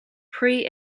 prix